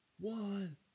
one